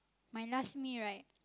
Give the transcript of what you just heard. my last meal right